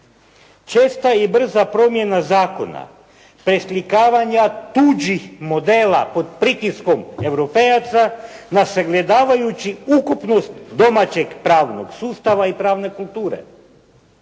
Česta i brza promjena zakona, preslikavanja tuđih modela pod pritiskom Europejaca ne sagledavajući ukupnost domaćeg pravnog sustava i pravne kulture.